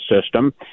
system